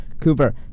Cooper